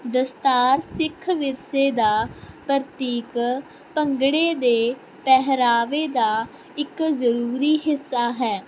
ਦਸਤਾਰ ਸਿੱਖ ਵਿਰਸੇ ਦਾ ਪ੍ਰਤੀਕ ਭੰਗੜੇ ਦੇ ਪਹਿਰਾਵੇ ਦਾ ਇੱਕ ਜ਼ਰੂਰੀ ਹਿੱਸਾ ਹੈ